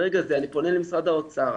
ברגע זה אני פונה למשרד האוצר,